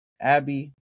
Abby